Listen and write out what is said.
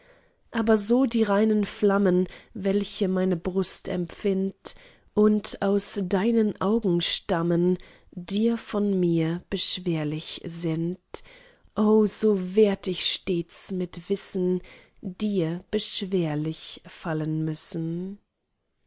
aber so die reinen flammen welche meine brust empfind't und aus deinen augen stammen dir von mir beschwerlich sind o so werd ich stets mit wissen dir beschwerlich fallen müssen